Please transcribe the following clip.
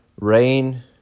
Rain